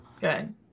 Good